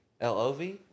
L-O-V